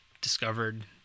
discovered